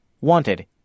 Wanted